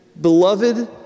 Beloved